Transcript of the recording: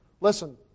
Listen